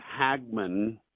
Hagman